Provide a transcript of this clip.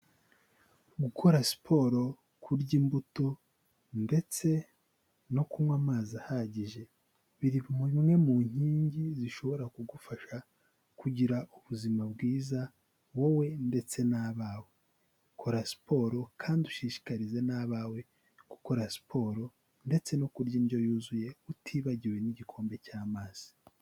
Gukora siporo, kurya imbuto ndetse no kunywa amazi ahagije biri mu bimwe mu nkingi zishobora kugufasha kugira ubuzima bwiza wowe ndetse n'abawe, ukora siporo kandi ushishikarize n'abawe gukora siporo ndetse no kurya indyo yuzuye utibagiwe n'igikombe cy'amazi.